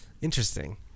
interesting